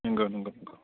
नोंगौ नोंगौ नोंगौ